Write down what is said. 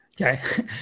Okay